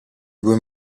due